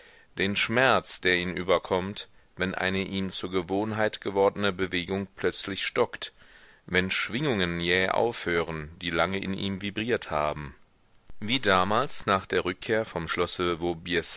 den schmerz der ihn überkommt wenn eine ihm zur gewohnheit gewordne bewegung plötzlich stockt wenn schwingungen jäh aufhören die lange in ihm vibriert haben wie damals nach der rückkehr vom schlosse